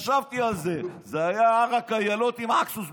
חשבתי על זה, זה היה ערק איילות עם אקסוס בפנים.